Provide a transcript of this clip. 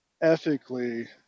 ethically